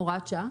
בהוראת שעה,